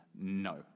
No